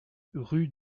rue